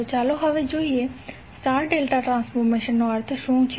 તો ચાલો હવે જોઈએ સ્ટાર ડેલ્ટા ટ્રાન્સફોર્મેશનનો અર્થ શું છે